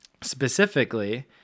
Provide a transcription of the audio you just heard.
Specifically